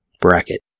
bracket